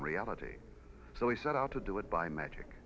in reality so he set out to do it by magic